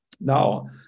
Now